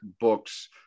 books